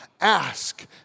Ask